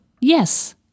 Yes